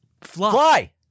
Fly